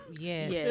yes